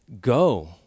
go